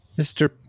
Mr